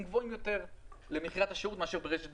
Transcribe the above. גבוהים יותר למכירת השירות מאשר ברשת בזק,